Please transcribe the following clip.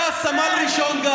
וגם הסמל הראשון.